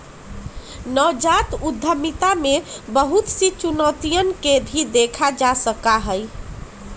नवजात उद्यमिता में बहुत सी चुनौतियन के भी देखा जा सका हई